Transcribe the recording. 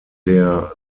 der